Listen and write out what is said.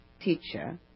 teacher